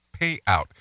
payout